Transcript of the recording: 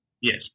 Yes